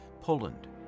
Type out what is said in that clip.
Poland